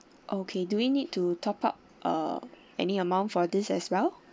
okay do we need to top up uh any amount for this as well